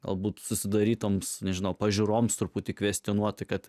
galbūt susidarytoms nežino pažiūroms truputį kvestionuoti kad